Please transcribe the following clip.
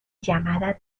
llamada